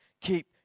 keep